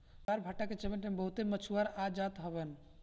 ज्वारभाटा के चपेट में बहुते मछुआरा आ जात हवन